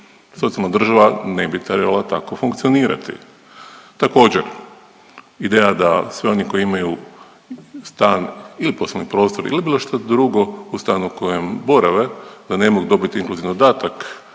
Socijalna država ne bi trebala tako funkcionirati. Također ideja da sve one koji imaju stan ili poslovni prostor ili bilo šta drugo u stanu kojem borave, da ne mogu dobiti inkluzivni dodatak,